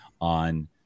on